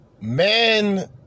Men